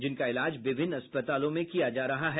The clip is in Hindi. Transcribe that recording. जिनका इलाज विभिन्न अस्पतालों में किया जा रहा है